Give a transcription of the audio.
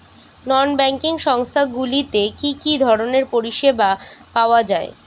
নন banking সংস্থা গুলিতে কি কি ধরনের পরিসেবা পাওয়া য়ায়?